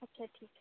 अच्छा ठीक है